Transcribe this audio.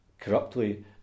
corruptly